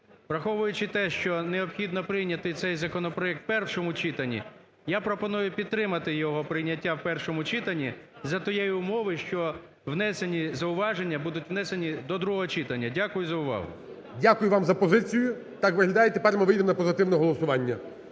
Враховуючи те, що необхідно прийняти цей законопроект у першому читанні, я пропоную підтримати його прийняття в першому читанні за тієї умови, що внесені зауваження будуть внесені до другого читання. Дякую за увагу. ГОЛОВУЮЧИЙ. Дякую вам за позицію. Так виглядає, тепер ми вийдемо на позитивне голосування.